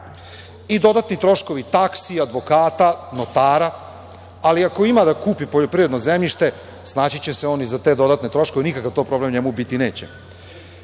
i dodatni troškovi taksi, advokata, notara, ali ako ima da kupi poljoprivredno zemljište snaći će se on i za te dodatne troškove, nikakav problem to njemu biti neće.